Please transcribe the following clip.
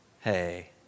hey